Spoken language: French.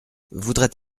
voudrait